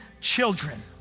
children